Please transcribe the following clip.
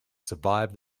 survive